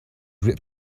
grip